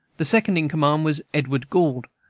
the second in command was edward gould,